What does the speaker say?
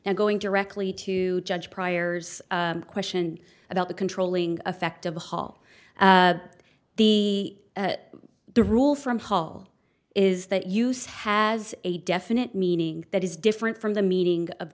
and going to rectally to judge priors a question about the controlling effect of the hall the the rule from hall is that use has a definite meaning that is different from the meaning of